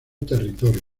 territorio